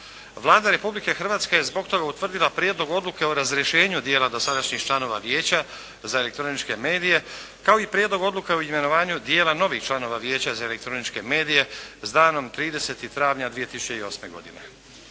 Vlada Republike Hrvatske zbog toga je utvrdila prijedlog Odluke o razrješenju dijela dosadašnjih članova Vijeća za elektroničke medije kao i Prijedlog odluke o imenovanju dijela novih članova Vijeća za elektroničke medije s danom 30. travnja 2008. godine.